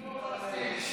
פתאום הם לא פלסטינים.